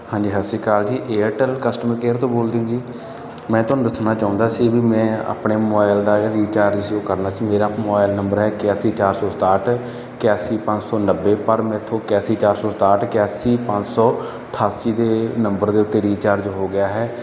ਹਾਂਜੀ ਸਤਿ ਸ਼੍ਰੀ ਅਕਾਲ ਜੀ ਏਅਰਟੈੱਲ ਕਸਟਮਰ ਕੇਅਰ ਤੋਂ ਬੋਲਦੇ ਜੀ ਮੈਂ ਤੁਹਾਨੂੰ ਦੱਸਣਾ ਚਾਹੁੰਦਾ ਸੀ ਵੀ ਮੈਂ ਆਪਣੇ ਮੋਬਾਈਲ ਦਾ ਰੀਚਾਰਜ ਸੀ ਉਹ ਕਰਨਾ ਸੀ ਮੇਰਾ ਮੋਬਾਇਲ ਨੰਬਰ ਹੈ ਇਕਾਸੀ ਚਾਰ ਸੌ ਸਤਾਹਠ ਇਕਾਸੀ ਪੰਜ ਸੌ ਨੱਬੇ ਪਰ ਮੇਰੇ ਤੋਂ ਇਕਾਸੀ ਚਾਰ ਸੌ ਸਤਾਹਠ ਇਕਾਸੀ ਪੰਜ ਸੌ ਅਠਾਸੀ ਦੇ ਨੰਬਰ ਦੇ ਉੱਤੇ ਰੀਚਾਰਜ ਹੋ ਗਿਆ ਹੈ